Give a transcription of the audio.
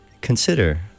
consider